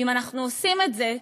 ואם אנחנו עושים את זה,